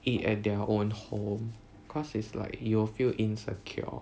it at their own home cause it's like you feel insecure